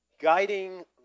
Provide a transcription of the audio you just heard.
guiding